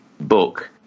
book